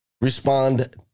respond